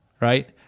right